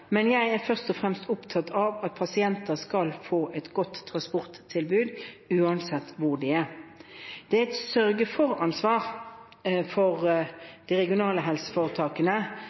Jeg er først og fremst opptatt av at pasienter skal få et godt transporttilbud uansett hvor de er. Det er et sørge-for-ansvar for de regionale helseforetakene